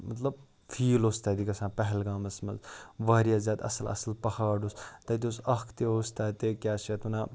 مطلب فیٖل اوس تَتہِ گژھان پہلگامَس منٛز واریاہ زیادٕ اَصٕل اَصٕل پہاڑ اوس تَتہِ اوس اَکھ تہِ اوس تَتہِ کیٛاہ چھِ اَتھ وَنان